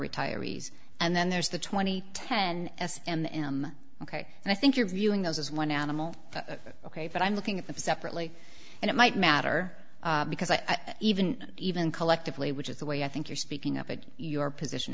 retirees and then there's the twenty ten s and m ok and i think you're viewing those as one animal ok but i'm looking at them separately and it might matter because i even even collectively which is the way i think you're speaking of it your position